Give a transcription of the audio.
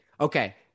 okay